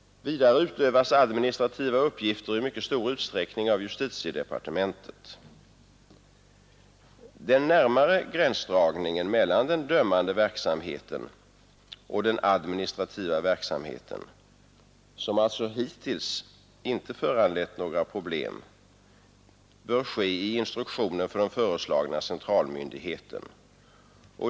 Vidare utövas administrativa uppgifter i mycket stor utsträckning av justitiedepartementet. Den närmare gränsdragningen mellan den dömande verksamheten och den administrativa — som hittills inte har föranlett några problem — bör ske i instruktionen för den föreslagna centralmyndigheten.